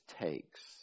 takes